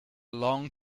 long